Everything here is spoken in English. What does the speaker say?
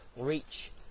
reach